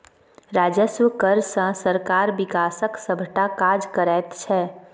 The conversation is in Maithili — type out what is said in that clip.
राजस्व कर सँ सरकार बिकासक सभटा काज करैत छै